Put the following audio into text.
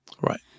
Right